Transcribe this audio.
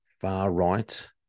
far-right